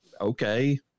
okay